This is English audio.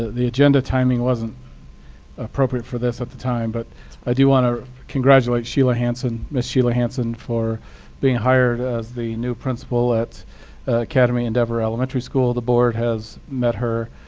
the agenda timing wasn't appropriate for this at the time. but i do want to congratulate sheila hanson, miss sheila hanson for being hired as the new principal at academy endeavor elementary school. the board has met her.